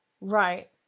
Right